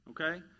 Okay